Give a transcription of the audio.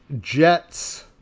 Jets